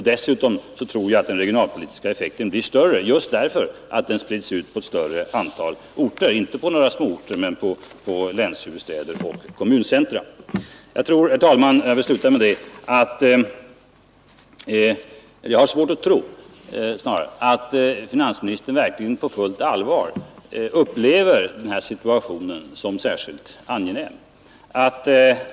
Dessutom tror jag att den regionalpolitiska effekten blir större just därför att lokaliseringseffekten sprids till alla länshuvudstäder och kommuncentra. Jag har, herr talman, svårt att tro att finansministern verkligen på fullt allvar upplever denna situation som särskilt angenäm.